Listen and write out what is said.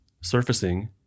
surfacing